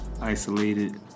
isolated